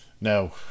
no